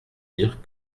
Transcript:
dire